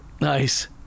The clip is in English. nice